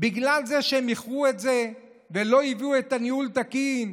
בגלל זה שהם איחרו ולא הביאו את ה"ניהול התקין".